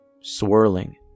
swirling